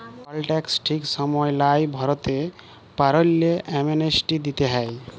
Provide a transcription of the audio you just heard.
call tax ঠিক সময় লায় ভরতে পারল্যে, অ্যামনেস্টি দিতে হ্যয়